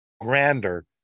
grander